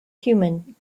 human